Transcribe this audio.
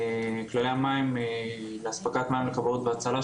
כללי המים לאספקת מים לכבאות והצלה,